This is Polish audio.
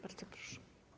Bardzo proszę.